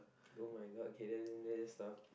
[oh]-my-god okay then then just stuff